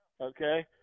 okay